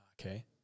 Okay